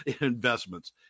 investments